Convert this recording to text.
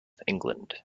england